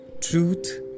truth